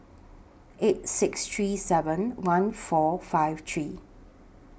eight six three seven one four five three